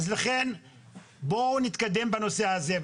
לכן בואו נתקדם בנושא הזה.